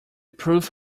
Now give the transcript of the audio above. proof